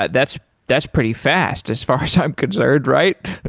that's that's pretty fast as far as i'm concerned, right?